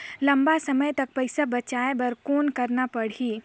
लंबा समय तक पइसा बचाये बर कौन करना पड़ही?